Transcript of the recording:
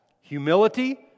Humility